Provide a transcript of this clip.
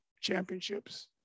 championships